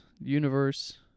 universe